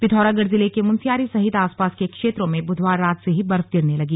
पिथौरागढ़ जिले के मुनस्यारी सहित आसपास के क्षेत्रों में बुधवार रात से ही बर्फ गिरने लगी